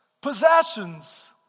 possessions